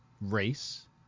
race